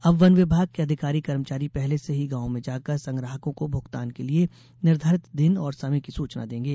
अब वन विभाग के अधिकारी कर्मचारी पहले से ही गाँव में जाकर संग्राहकों को भुगतान के लिए निर्धारित दिन और समय की सूचना देंगे